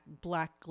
black